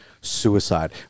suicide